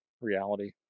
reality